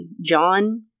John